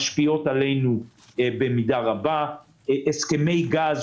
משפיעים עלינו במידה רבה: הסכמי גז,